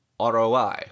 ROI